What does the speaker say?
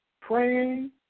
praying